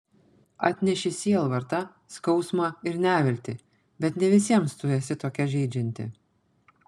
atneši sielvartą skausmą ir neviltį bet ne visiems tu esi tokia žeidžianti